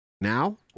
now